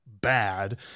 bad